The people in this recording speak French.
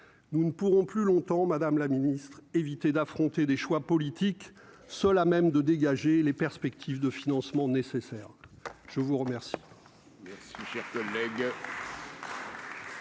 nous ne pourrons plus longtemps, madame la Ministre, éviter d'affronter des choix politiques, seule à même de dégager les perspectives de financement nécessaires, je vous remercie.